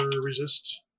resist